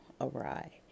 awry